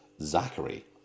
Zachary